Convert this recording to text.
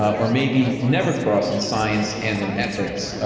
or maybe never cross in science and in ethics?